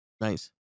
Nice